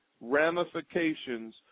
ramifications